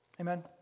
Amen